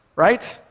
right?